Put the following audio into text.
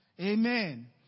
Amen